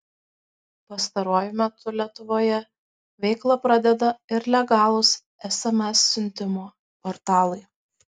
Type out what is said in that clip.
pastaruoju metu lietuvoje veiklą pradeda ir legalūs sms siuntimo portalai